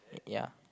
ya